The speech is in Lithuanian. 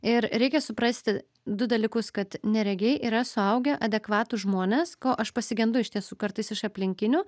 ir reikia suprasti du dalykus kad neregiai yra suaugę adekvatūs žmonės ko aš pasigendu iš tiesų kartais iš aplinkinių